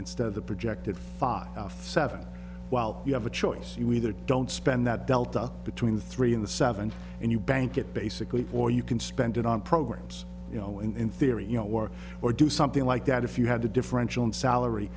instead of the projected five ft seven while you have a choice you either don't spend that delta between the three in the seventy's and you bank it basically or you can spend it on programs you know and in theory you know work or do something like that if you have to differential in salary